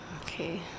Okay